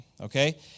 okay